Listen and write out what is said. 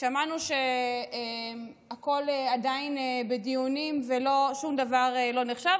שמענו שהכול עדיין בדיונים ושום דבר לא נחשב,